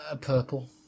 Purple